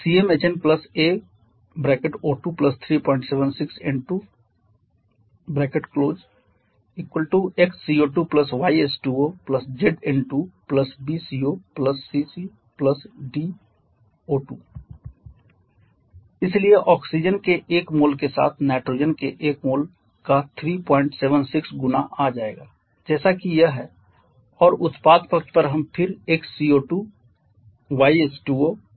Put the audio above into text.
CmHn a O2 376 N2 🡪 x CO2 y H2O z N2 b CO C O2 इसलिए oxygen के एक mole के साथ nitrogen के एक मोल का 376 गुना आ जाएगा जैसा कि यह है और उत्पाद पक्ष पर हम फिर x CO2 y H2O plus z N2 कर रहे हैं